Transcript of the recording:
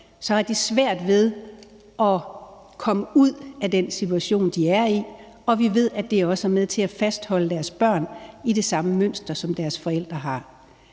har de svært ved at komme ud af den situation, de er i, og vi ved, at det jo også er med til at fastholde deres børn i det samme mønster, som forældrene har.